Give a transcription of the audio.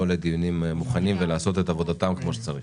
לדיונים מוכנים ולעשות את עבודתנו כפי שצריך.